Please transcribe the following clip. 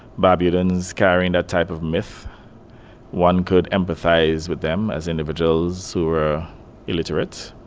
barbudans carrying that type of myth one could empathize with them as individuals who were illiterate.